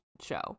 show